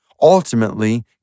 Ultimately